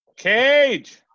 Cage